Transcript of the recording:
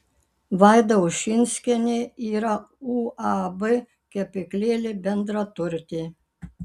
vaida ušinskienė yra uab kepyklėlė bendraturtė